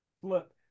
flip